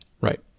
Right